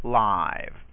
live